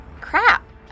Crap